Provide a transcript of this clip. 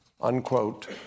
unquote